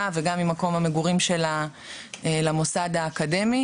וגם ממקום המגורים שלה למוסד האקדמי.